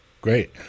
great